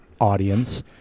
audience